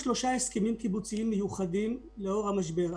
שלושה הסכמים קיבוציים מיוחדים נחתמו לאור המשבר.